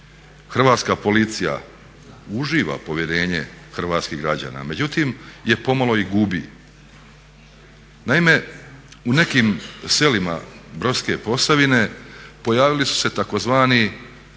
hrvatska policija uživa povjerenje hrvatskih građana, međutim je pomalo i gubi. Naime, u nekim selima Brodske Posavine pojavili su se tzv.